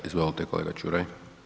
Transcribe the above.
Izvolite kolega Čuraj.